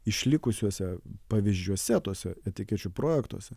išlikusiuose pavyzdžiuose tuose etikečių projektuose